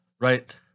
right